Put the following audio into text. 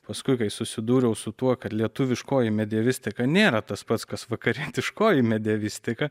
paskui kai susidūriau su tuo kad lietuviškoji medievistika nėra tas pats kas vakarietiškoji medievistika